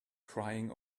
crying